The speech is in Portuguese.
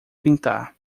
pintar